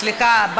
49. סליחה.